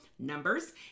numbers